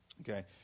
Okay